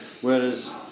Whereas